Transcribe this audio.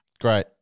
great